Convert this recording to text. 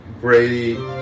Brady